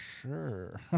sure